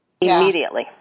immediately